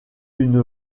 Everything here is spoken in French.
une